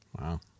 Wow